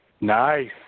Nice